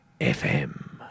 FM